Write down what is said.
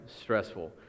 stressful